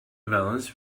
avalanche